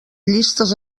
llistes